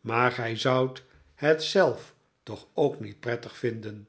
maar gij zoudt het zelf toch ook niet prettig vinden